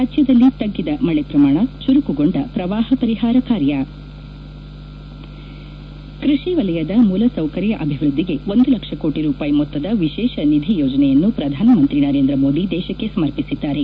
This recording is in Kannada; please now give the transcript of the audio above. ರಾಜ್ಯದಲ್ಲಿ ತಗ್ಗಿದ ಮಳೆ ಪ್ರಮಾಣ ಚುರುಕುಗೊಂಡ ಪ್ರವಾಹ ಪರಿಹಾರ ಕಾರ್ಯ ಕೃಷಿ ವಲಯದ ಮೂಲ ಸೌಕರ್ಯ ಅಭಿವೃದ್ದಿಗೆ ಒಂದು ಲಕ್ಷ ಕೋಟಿ ರೂಪಾಯಿ ಮೊತ್ತದ ವಿಶೇಷ ನಿಧಿ ಯೋಜನೆಯನ್ನು ಪ್ರಧಾನಮಂತ್ರಿ ನರೇಂದ್ರ ಮೋದಿ ದೇಶಕ್ಕೆ ಸಮರ್ಪಿಸಿದ್ದಾರೆ